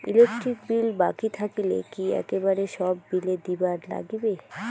Electric bill বাকি থাকিলে কি একেবারে সব বিলে দিবার নাগিবে?